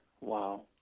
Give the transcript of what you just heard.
Wow